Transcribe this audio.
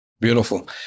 Beautiful